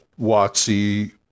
Watsy